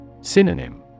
Synonym